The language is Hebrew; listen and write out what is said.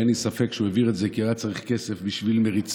ואין לי ספק שהוא העביר את זה כי הוא היה צריך כסף בשביל מריצות